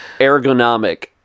ergonomic